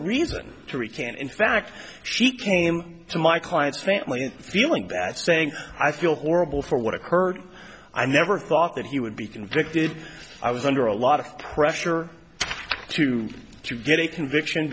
reason to recant in fact she came to my client's family feeling bad saying i feel horrible for what occurred i never thought that he would be convicted i was under a lot of pressure to to get a conviction